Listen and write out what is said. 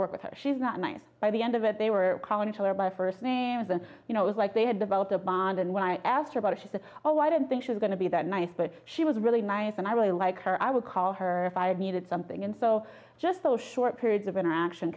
work with her she's not mine by the end of it they were calling each other by first names and you know it was like they had developed a bond and when i asked her about it she said oh i don't think she's going to be that nice but she was really nice and i really like her i would call her five needed something and so just so short periods of interaction